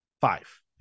Five